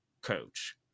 coach